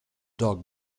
dog